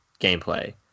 gameplay